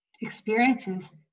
experiences